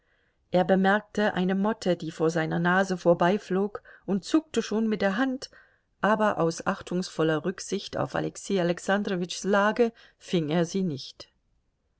er bemerkte eine motte die vor seiner nase vorbeiflog und zuckte schon mit der hand aber aus achtungsvoller rücksicht auf alexei alexandrowitschs lage fing er sie nicht